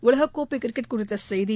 உலக கோப்பை கிரிக்கெட் குறித்த செய்தி